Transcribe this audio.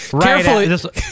Carefully